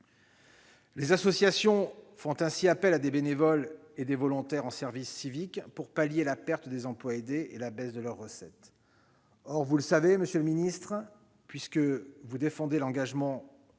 Les associations font ainsi appel à des bénévoles et à des volontaires en service civique pour pallier la perte des emplois aidés et la baisse de leurs recettes. Or, vous le savez, monsieur le secrétaire d'État, puisque vous défendez l'engagement